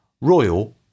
Royal